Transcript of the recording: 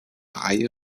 reihe